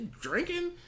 drinking